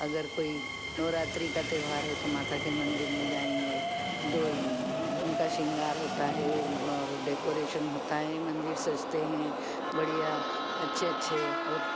अगर कोई नवरात्रि का त्योहार है तो माता के मंदिर में जाएँगे दो उनका शृंगार होता और डेकॉरेशन होता है मंदिर सजते हैं बढ़िया अच्छे अच्छे और